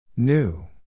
New